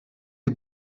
les